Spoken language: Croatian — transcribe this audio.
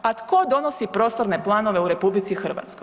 A tko donosi prostorne planove u RH?